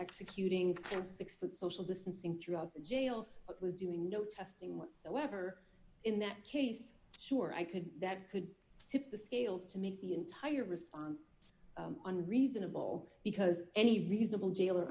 executing them six put social distancing throughout the jail but was doing no testing whatsoever in that case sure i could that could tip the scales to make the entire response on reasonable because any reasonable jailer